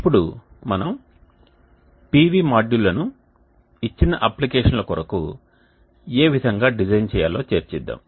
ఇప్పుడు మనం PV మాడ్యూళ్లను ఇచ్చిన అప్లికేషన్ల కొరకు ఏ విధంగా డిజైన్ చేయాలో చర్చిద్దాం